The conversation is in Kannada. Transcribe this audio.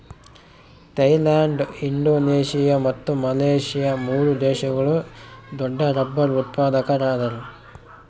ಥೈಲ್ಯಾಂಡ್ ಇಂಡೋನೇಷಿಯಾ ಮತ್ತು ಮಲೇಷ್ಯಾ ಮೂರು ದೇಶಗಳು ದೊಡ್ಡರಬ್ಬರ್ ಉತ್ಪಾದಕರದಾರ